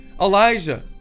Elijah